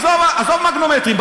עזוב מגנומטרים.